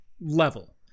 level